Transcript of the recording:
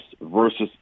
versus